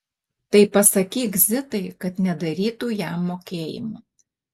tai pasakyk zitai kad nedarytų jam mokėjimų